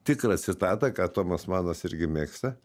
tikrą citatą ką tomas manas irgi mėgsta